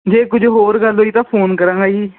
ਜੇ ਕੁਝ ਹੋਰ ਗੱਲ ਹੋਈ ਤਾਂ ਫੋਨ ਕਰਾਂਗਾ ਜੀ